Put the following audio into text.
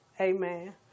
Amen